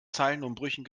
zeilenumbrüchen